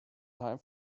time